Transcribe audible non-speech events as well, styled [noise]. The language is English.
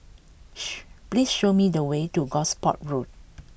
[noise] please show me the way to Gosport Road